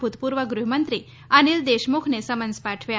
ભૂતપૂર્વ ગૃહ્મંત્રી અનિલ દેશમુખને સમન્સ પાઠવ્યા